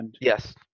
Yes